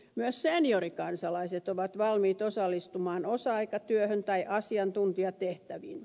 myös seniorikansalaiset ovat valmiita osallistumaan osa aikatyöhön tai asiantuntijatehtäviin